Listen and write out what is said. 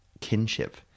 Kinship